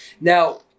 Now